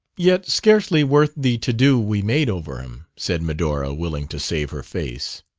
yet scarcely worth the to-do we made over him, said medora, willing to save her face.